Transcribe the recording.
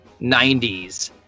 90s